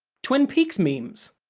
twin peaks memes!